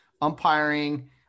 umpiring